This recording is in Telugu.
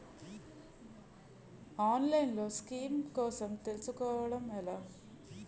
ఆన్లైన్లో స్కీమ్స్ కోసం తెలుసుకోవడం ఎలా?